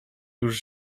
już